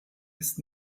ist